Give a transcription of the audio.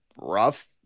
rough